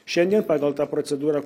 šiandien pagal tą procedūrą